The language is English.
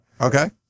Okay